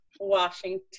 Washington